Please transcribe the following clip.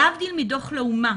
להבדיל מדוח לאומה,